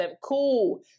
Cool